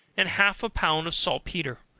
and half a pound of saltpetre,